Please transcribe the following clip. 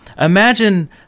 imagine